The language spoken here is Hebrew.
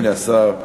הנה השר.